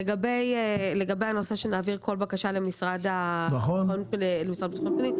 לגבי הנושא שנעביר כל בקשה למשרד לביטחון הפנים,